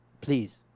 please